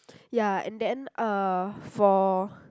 ya and then uh for